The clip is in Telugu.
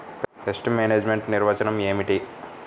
పెస్ట్ మేనేజ్మెంట్ నిర్వచనం ఏమిటి?